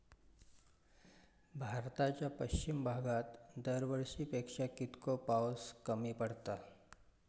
भारताच्या पश्चिम भागात दरवर्षी पेक्षा कीतको पाऊस कमी पडता?